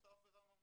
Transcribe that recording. אותה עבירה ממש.